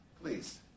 please